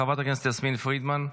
חברת הכנסת יסמין פרידמן,